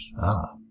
Ah